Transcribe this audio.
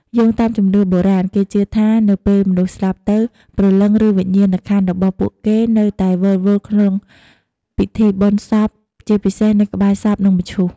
យោងតាមជំនឿបុរាណ គេជឿថា នៅពេលមនុស្សស្លាប់ទៅ ព្រលឹង ឬវិញ្ញាណក្ខន្ធរបស់ពួកគេនៅតែវិលវល់ក្នុងពិធីបុណ្យសព ជាពិសេសនៅក្បែរសព និងមឈូស។